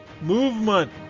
movement